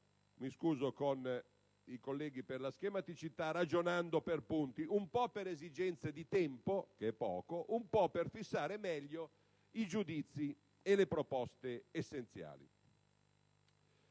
mi scuso con i colleghi per la schematicità - ragionando per punti, un po' per esigenze di tempo, che è poco, un po' per fissare meglio i giudizi e le proposte essenziali.